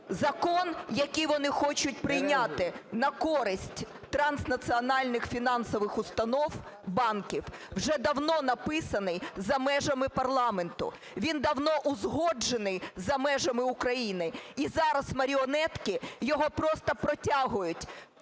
Закон, який вони хочуть прийняти, на користь транснаціональних фінансових установ, банків вже давно написаний за межами парламенту. Він давно узгоджений за межами України, і зараз маріонетки його просто протягують,